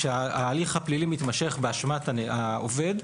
כשההליך הפלילי מתמשך באשמת העובד,